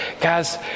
guys